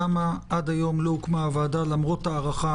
למה עד היום לא הוקמה הוועדה למרות ההארכה